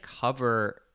cover